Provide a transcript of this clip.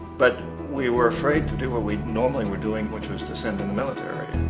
but we were afraid to do what we normally were doing, which was to send in the military.